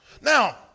Now